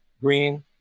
green